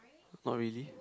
not really